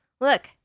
look